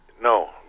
No